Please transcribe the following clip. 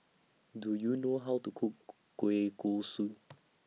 Do YOU know How to Cook Kueh Kosui